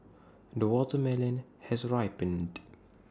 the watermelon has ripened